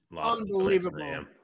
unbelievable